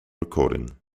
recording